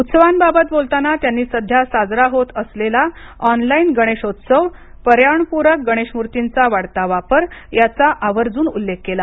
उत्सवांबाबत बोलताना त्यांनी सध्या साजरा होत असलेला ऑनलाइन गणेशोत्सव पर्यावरणपूरक गणेश मूर्तींचा वाढता वापर याचा आवर्जून उल्लेख केला